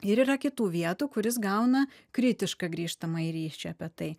ir yra kitų vietų kur jis gauna kritišką grįžtamąjį ryšį apie tai